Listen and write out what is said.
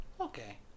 Okay